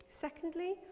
Secondly